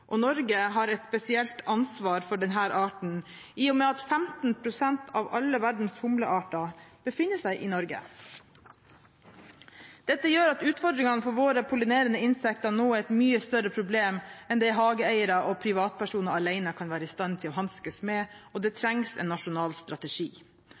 humlen. Norge har et spesielt ansvar for denne arten, i og med at 15 pst. av alle verdens humlearter befinner seg i Norge. Dette gjør at utfordringene for våre pollinerende insekter nå er et mye større problem enn det hageeiere og privatpersoner alene kan være i stand til å hanskes med, og det